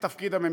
את תפקיד הממשלה.